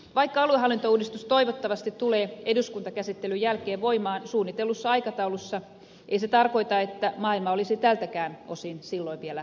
vaikka aluehallintouudistus toivottavasti tulee eduskuntakäsittelyn jälkeen voimaan suunnitellussa aikataulussa ei se tarkoita että maailma olisi tältäkään osin silloin vielä valmis